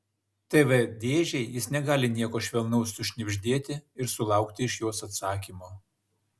tv dėžei jis negali nieko švelnaus sušnibždėti ir sulaukti iš jos atsakymo